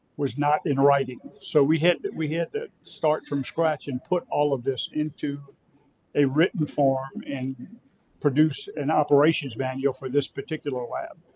was not in writing. so we had to we had to start from scratch and put all of this into a written form and produce an operations manual for this particular lab.